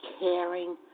caring